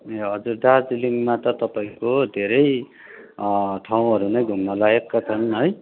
ए हजुर दार्जिलिङमा त तपाईँको धेरै ठाउँहरू नै घुम्न लायकका छन् है